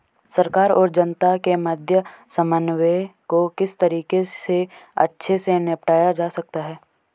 सरकार और जनता के मध्य समन्वय को किस तरीके से अच्छे से निपटाया जा सकता है?